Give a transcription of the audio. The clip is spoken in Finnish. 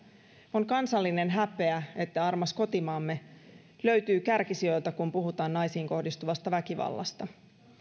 on kansallinen häpeä että armas kotimaamme löytyy kärkisijoilta kun puhutaan naisiin kohdistuvasta väkivallasta